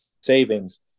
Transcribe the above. savings